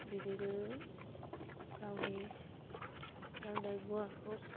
बिदिनो गावनि नांनाय मुवाखौ